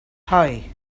hoe